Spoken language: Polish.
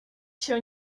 się